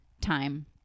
time